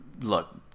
look